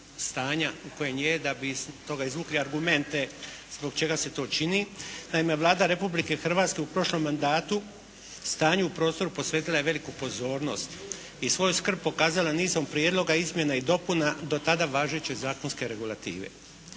stanja u kojem je da bi iz toga izvukli argumente zbog čega se to čini. Naime, Vlada Republike Hrvatske u prošlom mandatu stanju u prostoru posvetila je veliku pozornost i svoju skrb pokazala nizom prijedloga izmjena i dopuna dotada važeće zakonske regulative.